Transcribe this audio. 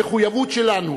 המחויבות שלנו